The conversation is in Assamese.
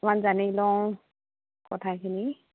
অকণমান জানি লওঁ কথাখিনি